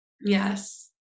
Yes